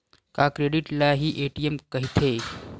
का क्रेडिट ल हि ए.टी.एम कहिथे?